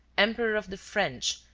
emperor of the french,